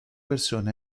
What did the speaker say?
persona